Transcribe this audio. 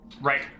Right